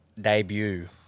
debut